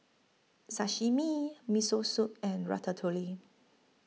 Sashimi Miso Soup and Ratatouille